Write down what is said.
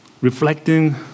Reflecting